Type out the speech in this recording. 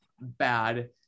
bad